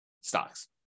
stocks